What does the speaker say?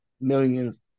millions